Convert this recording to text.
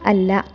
അല്ല